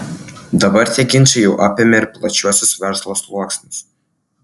dabar tie ginčai jau apėmė ir plačiuosius verslo sluoksnius